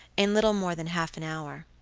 in little more than half an hour.